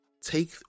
Take